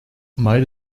might